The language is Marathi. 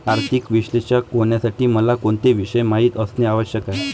आर्थिक विश्लेषक होण्यासाठी मला कोणते विषय माहित असणे आवश्यक आहे?